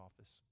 office